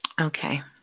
Okay